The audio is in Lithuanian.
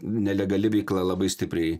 nelegali veikla labai stipriai